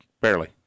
barely